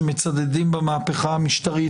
שמצדדים במהפכה המשטרית,